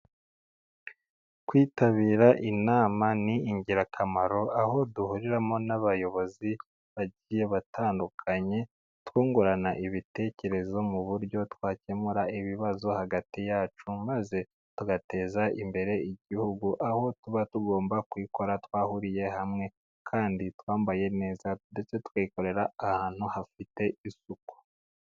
Kwitabira inama ni ingirakamaro, aho duhuriramo n'abayobozi bagiye batandukanye twungurana ibitekerezo, mu buryo twakemura ibibazo hagati yacu maze tugateza imbere igihugu, aho tuba tugomba kuyikora twahuriye hamwe kandi twambaye neza ndetse tuyikorera ahantu hafite isuku.